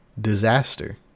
disaster